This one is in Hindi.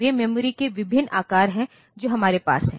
वे मेमोरी के विभिन्न आकार हैं जो हमारे पास हैं